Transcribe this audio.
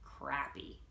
crappy